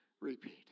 repeat